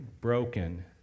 broken